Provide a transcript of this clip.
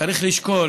צריך לשקול